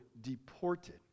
deported